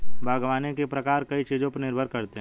बागवानी के प्रकार कई चीजों पर निर्भर करते है